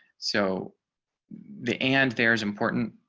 so the and there's important